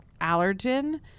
allergen